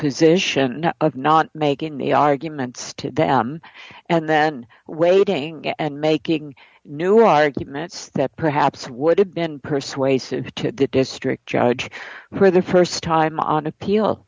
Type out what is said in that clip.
position of not making the arguments to them and then waiting and making new arguments that perhaps would have been persuasive to the district judge for the st time on appeal